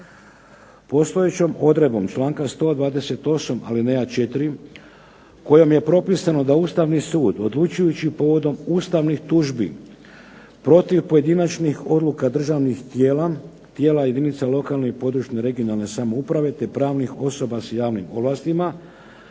Postojećom odredbom članka 128. alineja 4 kojom je propisano da Ustavni sud odlučujući povodom ustavnih tužbi protiv pojedinačnih odluka državnih tijela, tijela jedinica lokalne i područne (regionalne) samouprave te pravnih osoba s javnim ovlastima